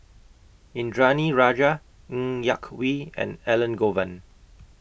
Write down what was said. Indranee Rajah Ng Yak Whee and Elangovan